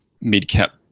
mid-cap